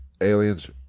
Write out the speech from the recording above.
Aliens